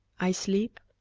i sleep,